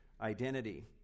identity